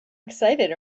excited